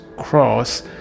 cross